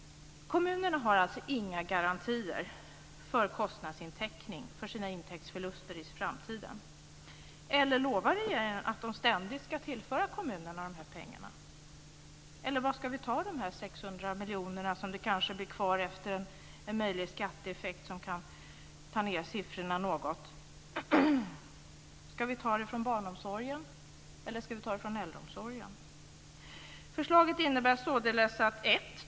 Kommunerna har alltså inga garantier för att få kostnadstäckning för sina intäktsförluster i framtiden. Eller lovar regeringen att man ständigt ska tillföra kommunerna de här pengarna? Eller varifrån ska vi ta de här 600 miljonerna, som det kanske blir i och med en möjlig skatteeffekt som kan få ned siffrorna något? 1.